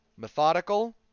Methodical